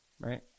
right